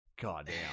Goddamn